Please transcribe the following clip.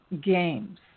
games